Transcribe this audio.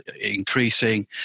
increasing